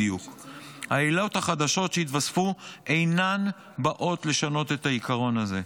העילות החדשות שהתווספו אינן באות לשנות את העיקרון הזה.